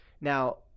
now